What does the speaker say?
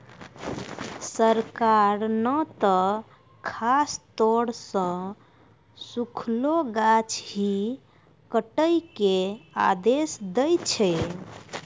सरकार नॅ त खासतौर सॅ सूखलो गाछ ही काटै के आदेश दै छै